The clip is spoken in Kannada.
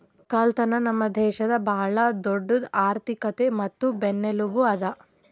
ಒಕ್ಕಲತನ ನಮ್ ದೇಶದ್ ಭಾಳ ದೊಡ್ಡುದ್ ಆರ್ಥಿಕತೆ ಮತ್ತ ಬೆನ್ನೆಲುಬು ಅದಾ